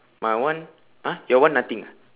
my one !huh! your one nothing ah